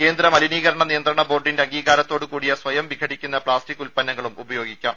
കേന്ദ്ര മലിനീകരണ നിയന്ത്രണ ബോർഡിന്റെ അംഗീകാരത്തോടുകൂടിയ സ്വയം വിഘടിക്കുന്ന പ്ലാസ്റ്റിക് ഉത്പന്നങ്ങളും ഉപയോഗിക്കാം